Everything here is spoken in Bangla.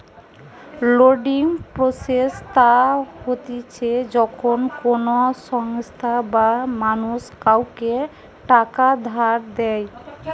লেন্ডিং প্রসেস তা হতিছে যখন কোনো সংস্থা বা মানুষ কাওকে টাকা ধার দেয়